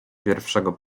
pierwszego